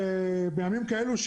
בימים כאלה,